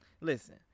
Listen